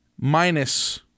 minus